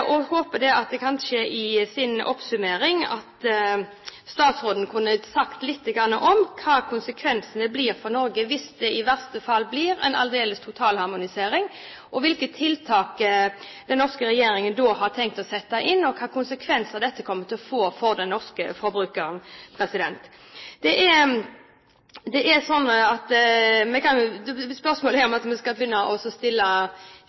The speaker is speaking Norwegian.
Norge hvis det i verste fall blir en totalharmonisering, hvilke tiltak den norske regjeringen da har tenkt å sette inn, og hvilke konsekvenser dette kommer til å få for den norske forbrukeren. Spørsmålet er om vi skal begynne å stille krav til dette direktivet, om det er for sent, og om vi kan reservere oss på noen områder. Men likevel ser det ut som om